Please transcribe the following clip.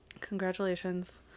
congratulations